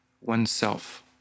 oneself